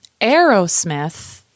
aerosmith